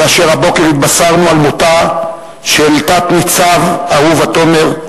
כאשר הבוקר התבשרנו על מותה של תת-ניצב אהובה תומר,